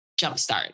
jumpstart